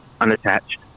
unattached